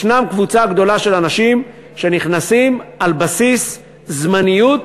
יש קבוצה גדולה של אנשים שנכנסים על בסיס זמניות,